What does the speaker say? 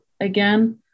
again